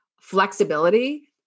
flexibility